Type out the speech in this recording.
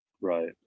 right